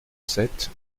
sept